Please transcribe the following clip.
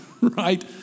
Right